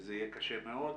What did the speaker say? שזה יהיה קשה מאוד.